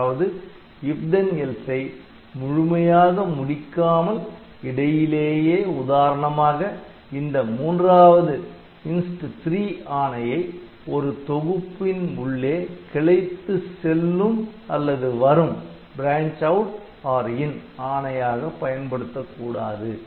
அதாவது IF THEN ELSE ஐ முழுமையாக முடிக்காமல் இடையிலேயே உதாரணமாக இந்த மூன்றாவது Inst 3 ஆணையை ஒரு தொகுப்பின் உள்ளே கிளைத்து செல்லும் வரும் Branch OutIn ஆணையாக பயன்படுத்தக்கூடாது